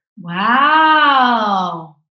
Wow